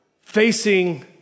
facing